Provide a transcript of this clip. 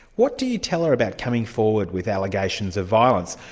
what do you tell her about coming forward with allegations of violence?